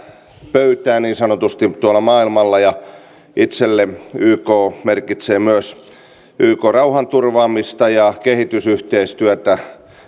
pöytää niin sanotusti maailmalla itselleni yk merkitsee myös yk rauhanturvaamista ja kehitysyhteistyötä